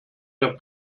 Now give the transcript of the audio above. der